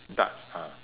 darts ah